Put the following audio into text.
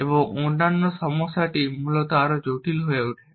এবং অন্যান্য সমস্যাটি মূলত আরও জটিল হয়ে ওঠে